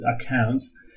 accounts